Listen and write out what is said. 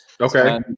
Okay